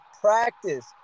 practice